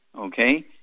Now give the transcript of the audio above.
Okay